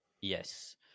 Yes